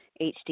HD